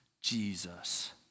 Jesus